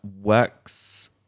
works